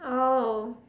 oh